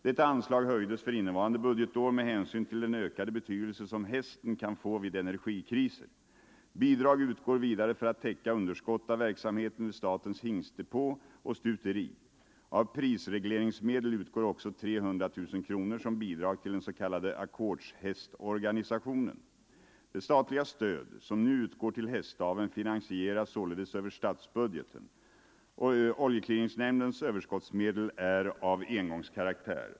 Detta anslag höjdes för innevarande budgetår med hänsyn till den ökade betydelse som hästen kan få vid energikriser. Bidrag utgår vidare för att täcka underskott av verksamheten vid statens hingstdepå och stuteri. Av prisregleringsmedel utgår också 300 000 kronor som bidrag till den s.k. ackordshästorganisationen. Det statliga stöd som nu utgår till hästaveln finansieras således över statsbudgeten. Oljeclearingnämndens överskottsmedel är av engångskaraktär.